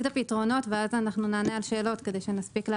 הפתרונות ואז נענה על שאלות כדי שנספיק.